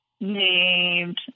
named